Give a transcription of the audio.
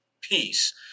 peace